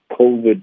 COVID